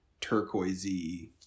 turquoisey